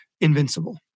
invincible